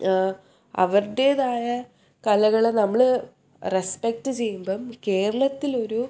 അവരുടേതായ കലകൾ നമ്മൾ റെസ്പെക്റ്റ് ചെയ്യുമ്പം കേരളത്തിൽ ഒരു